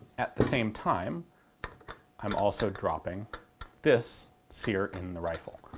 at the same time i'm also dropping this sear in the rifle.